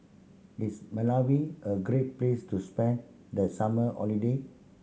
is Malawi a great place to spend the summer holiday